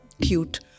cute